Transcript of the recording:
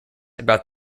about